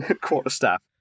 quarterstaff